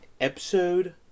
Episode